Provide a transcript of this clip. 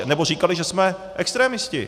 Nebo říkaly, že jsme extremisté.